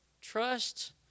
trust